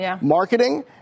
marketing